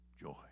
Joy